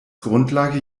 grundlage